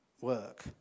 work